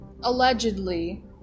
Allegedly